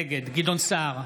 נגד גדעון סער,